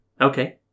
Okay